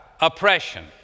oppression